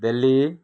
Delhi